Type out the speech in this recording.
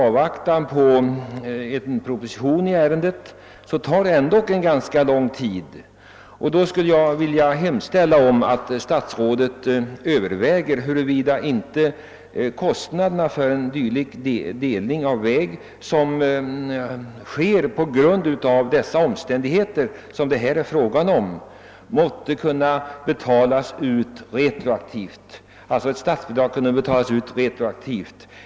Eftersom någon proposition i ärendet inte kan väntas förrän om ganska lång tid hemställer jag också om att statsrådet överväger huruvida inte statsbidrag för kostnader i samband med vägdelning, företagen på sådan grund som jag här talat om, kan utbeta las retroaktivt.